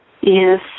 Yes